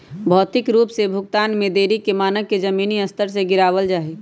भौतिक रूप से भुगतान में देरी के मानक के जमीनी स्तर से गिरावल जा हई